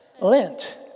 Lent